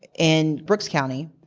in brooks county,